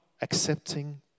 accepting